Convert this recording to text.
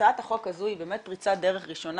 והצעת החוק הזו היא באמת פריצת דרך ראשונה